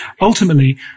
Ultimately